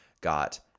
got